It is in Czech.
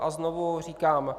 A znovu říkám.